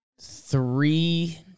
three